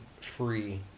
free